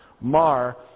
Mar